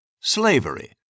Slavery